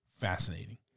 Fascinating